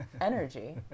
energy